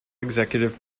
executive